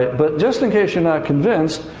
but just in case you're not convinced,